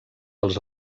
els